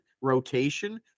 rotation